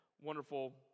wonderful